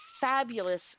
fabulous